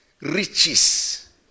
Riches